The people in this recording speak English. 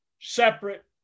separate